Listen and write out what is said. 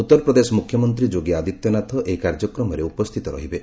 ଉଉରପ୍ରଦେଶ ମୁଖ୍ୟମନ୍ତ୍ରୀ ଯୋଗୀ ଆଦିତ୍ୟନାଥ ଏହି କାର୍ଯ୍ୟକ୍ରମରେ ଉପସ୍ଥିତ ରହିବେ